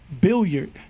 Billiard